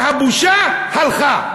והבושה הלכה,